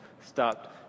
stopped